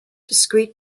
discrete